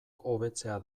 hobetzea